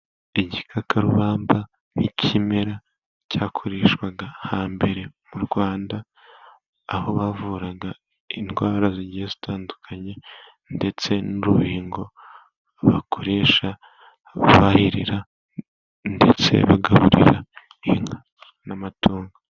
Igikakarubamba ni ikimera cyakoreshwaga hambere mu Rwanda. Aho bavuraga indwara zigiye zitandukanye, ndetse n'urubingo bakoresha bahirira ndetse bagaburira inka n'amatungo.